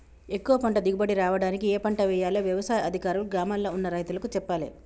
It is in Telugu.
ఎక్కువ పంట దిగుబడి రావడానికి ఏ పంట వేయాలో వ్యవసాయ అధికారులు గ్రామాల్ల ఉన్న రైతులకు చెప్పాలే